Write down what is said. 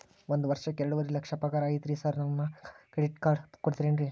ಒಂದ್ ವರ್ಷಕ್ಕ ಎರಡುವರಿ ಲಕ್ಷ ಪಗಾರ ಐತ್ರಿ ಸಾರ್ ನನ್ಗ ಕ್ರೆಡಿಟ್ ಕಾರ್ಡ್ ಕೊಡ್ತೇರೆನ್ರಿ?